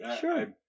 Sure